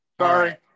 Sorry